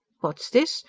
what's this?